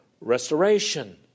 restoration